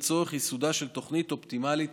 לצורך ייסודה של תוכנית אופטימלית